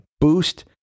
boost